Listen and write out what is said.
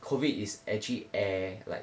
COVID is actually air